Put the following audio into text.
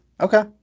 Okay